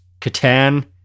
Catan